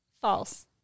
False